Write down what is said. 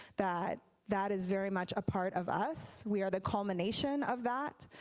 that that is very much a part of us, we are the culmination of that.